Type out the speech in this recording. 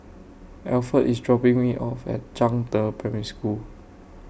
Alferd IS dropping Me off At Zhangde Primary School